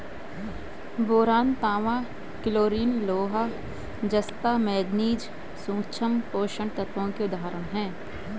boron, तांबा, chlorine, लोहा, जस्ता, मैंगनीज सूक्ष्म पोषक तत्वों के उदाहरण हैं